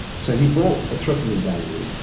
so he bought a threat in the value,